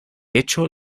hecho